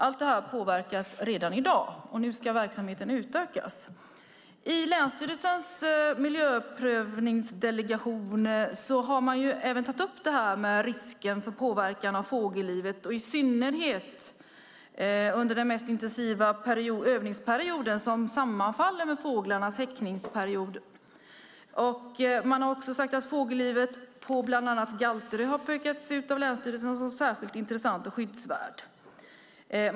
Allt det här påverkas redan i dag, och nu ska verksamheten utökas. I länsstyrelsens miljöprövningsdelegation har man även tagit upp risken för påverkan på fågellivet, i synnerhet under den mest intensiva övningsperioden, som sammanfaller med fåglarnas häckningsperiod. Länsstyrelsen har också pekat ut fågellivet på bland annat Galterö som särskilt intressant och skyddsvärt.